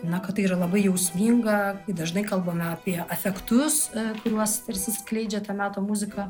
na kad tai yra labai jausminga kai dažnai kalbame apie afektus kuriuos prisiskleidžia to meto muziką